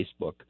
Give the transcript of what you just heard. Facebook